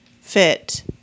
fit